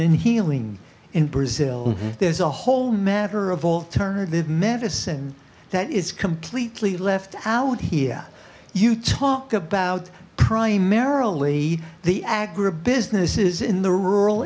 healing in brazil there's a whole matter of alternative edinson that is completely left out here you talk about primarily the agribusinesses in the rural